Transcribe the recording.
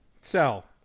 Sell